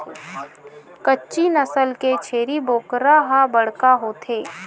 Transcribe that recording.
कच्छी नसल के छेरी बोकरा ह बड़का होथे